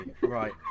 right